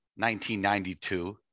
1992